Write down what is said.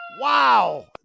Wow